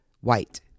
white